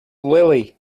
lily